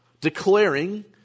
declaring